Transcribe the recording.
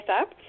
up